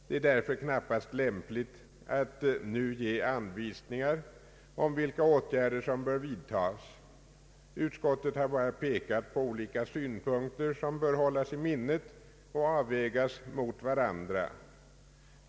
Det är därför knappast lämpligt att nu ge anvisningar om vilka åtgärder som bör vidtas. Utskottet har bara pekat på olika synpunkter som bör hållas i minnet och avvägas mot varandra.